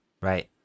Right